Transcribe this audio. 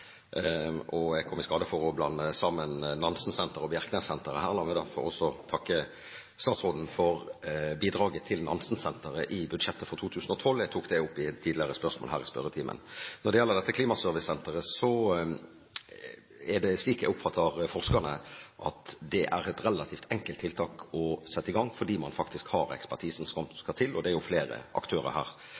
Bjerknessenteret her. La meg derfor også takke statsråden for bidraget til Nansensenteret i budsjettet for 2012. Jeg tok det opp i et tidligere spørsmål her i spørretimen. Når det gjelder dette klimaservicesenteret, er det, slik jeg oppfatter forskerne, et relativt enkelt tiltak å sette i gang, fordi man faktisk har ekspertisen som skal til. Det er jo flere aktører her,